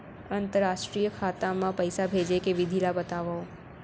अंतरराष्ट्रीय खाता मा पइसा भेजे के विधि ला बतावव?